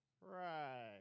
Right